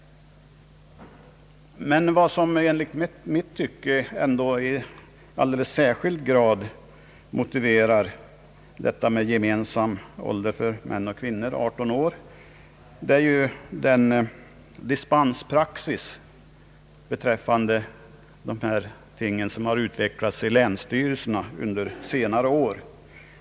Vad som enligt mitt tycke i alldeles särskild grad motiverar gemensam ålder, 18 år, för män och kvinnor är den dispenspraxis som har utvecklats i länsstyrelserna under senare år.